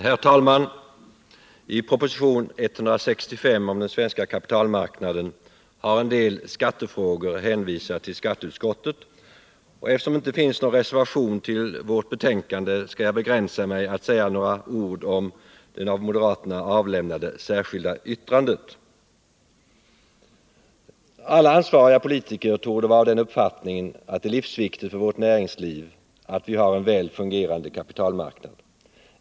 Herr talman! En del skattefrågor i proposition 165 om den svenska kapitalmarknaden har hänvisats till skatteutskottet. Eftersom vi inte har fogat någon reservation till skatteutskottets betänkande, skall jag begränsa mig till att säga några ord om ett av oss moderater avlämnat särskilt yttrande. Alla ansvariga politiker torde vara av den uppfattningen att det är livsviktigt för vårt näringsliv att ha en väl fungerande kapitalmarknad.